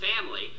family